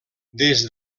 des